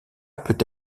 peut